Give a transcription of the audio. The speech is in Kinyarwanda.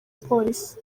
polisi